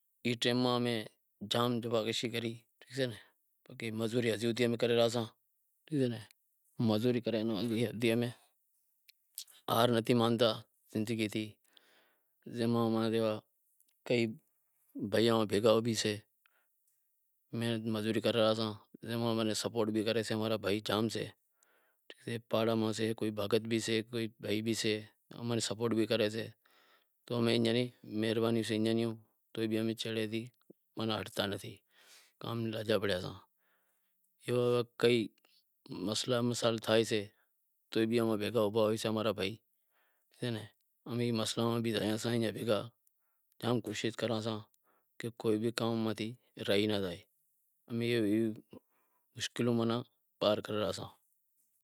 ای ٹیم ماتھے امیں ہار نتھی مانتا زندگی تھی، کئی بھیاں بھیگا بھی سیں، محنت مزوری کرے رہیاساں، ماناں سپورٹ بھی کریسیں، امارا بھائی جام سیں، ایک پاڑہا بھی سے، ایک بھگت بھی سے ایک بھائی سے ماناں ماں را بھائی جام سیں، اماری سپورٹ بھی کرے سے، ایئاں روں مہربانیوں سیں، کوئی بھی امیں چھیڑے تھی تو ماناں ہٹتا نتھی، ام لاگا پڑیاساں، کئی مسئلا مسائل تھائیسیں تو ئے بھی ام کن بھیکا اوبھا ہوئیسیں امار ابھائی امیں جام کوشش کراسیئاں کہ کوئی بھی کام رہی ناں جائے،